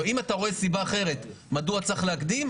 אם אתה רואה סיבה אחרת מדוע צריך להקדים,